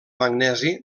magnesi